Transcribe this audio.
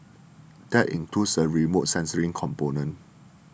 that includes a remote sensing component